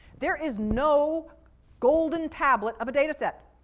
there is no golden tablet of a data set.